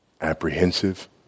apprehensive